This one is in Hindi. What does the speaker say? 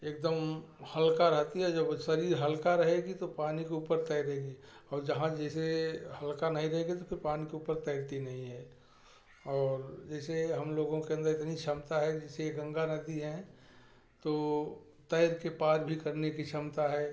एकदम हल्का रहती है जब शरीर हल्का रहेगी तो पानी के ऊपर तैरेगी और जहाँ जैसे हल्का नहीं रहेगी तो फिर पानी के ऊपर तैरती नहीं है और जैसे हम लोगों के अंदर इतनी क्षमता है कि जैसे ये गंगा नदी हैं तो तैर के पार भी करने की क्षमता है